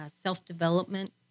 self-development